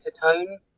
tone